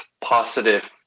positive